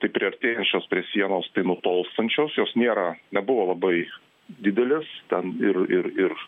tai priartėjusios prie sienos tai nutolstančios jos nėra nebuvo labai didelės ten ir ir ir